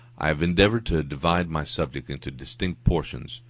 i have endeavored to divide my subject into distinct portions,